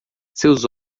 seus